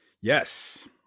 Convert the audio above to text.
Yes